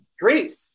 great